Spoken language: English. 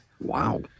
Wow